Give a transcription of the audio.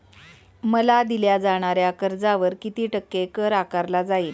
मला दिल्या जाणाऱ्या कर्जावर किती टक्के कर आकारला जाईल?